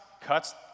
cuts